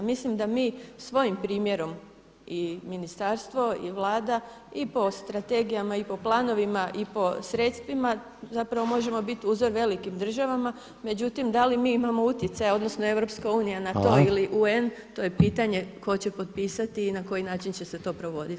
Mislim da mi svojim primjerom i ministarstvo i Vlada i po strategijama i po planovima i po sredstvima zapravo možemo biti uzor velikim državama, međutim da li mi imamo utjecaja odnosno EU na to ili UN to je pitanje tko će potpisati i na koji način će se to provoditi.